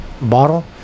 bottle